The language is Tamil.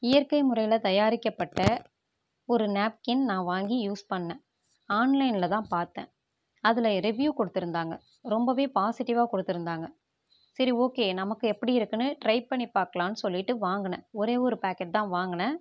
இயற்கை முறையில் தயாரிக்கப்பட்ட ஒரு நாப்கின் நான் வாங்கி யூஸ் பண்ணிணேன் ஆன்லைனில் தான் பார்த்தேன் அதில் ரிவ்யூ கொடுத்துருந்தாங்க ரொம்பவே பாசிட்டிவாக கொடுத்துருந்தாங்க சரி ஓகே நமக்கு எப்படி இருக்குதுன்னு ட்ரை பண்ணிப் பார்க்கலாம்னு சொல்லிட்டு வாங்கினேன் ஒரே ஒரு பாக்கெட் தான் வாங்கினேன்